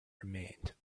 remained